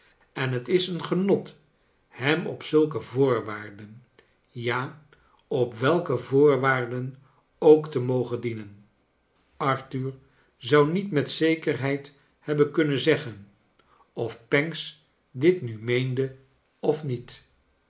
en het is een genot hem op zulke voorwaarden ja op welke voorwaarden ook te mogen dienen arthur zou niet met zekerheid hebben kunnen zeggen of pancks dit nu meende of niet